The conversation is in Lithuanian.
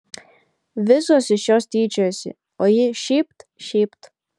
visos iš jos tyčiojasi o ji šypt šypt